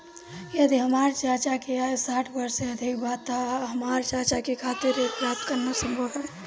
यदि हमार चाचा के आयु साठ वर्ष से अधिक बा त का हमार चाचा के खातिर ऋण प्राप्त करना संभव बा?